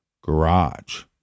garage